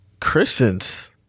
Christians